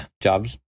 jobs